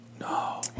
No